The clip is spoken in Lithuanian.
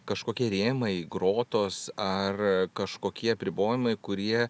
kažkokie rėmai grotos ar kažkokie apribojimai kurie